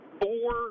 four